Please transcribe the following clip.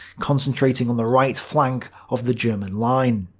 concentrating on the right flank of the german line.